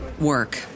work